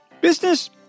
business